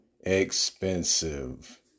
expensive